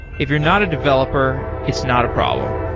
if you're not a developer, it's not a problem.